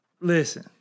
listen